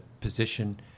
position